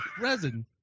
Resin